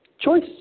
Choice